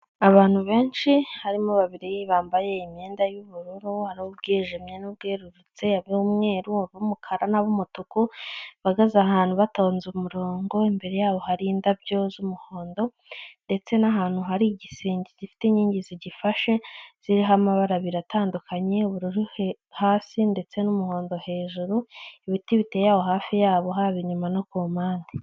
Abantu benshi harimo babiri bambaye imyenda y'ubururu nu bwijimye n'ubwerurutse umwe n'umukara'umutuku, bahagaze ahantu batonze umurongo imbere yabo hari indabyo z'umuhondo ndetse n'ahantu hari igisenge gifite inkingi zigifashe ziriho amabara biratandukanye ubururu hasi ndetse n'umuhondo hejuru, ibiti biteye Aho hafi yabo haba inyuma no kumpande.